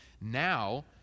Now